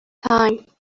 time